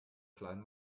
klein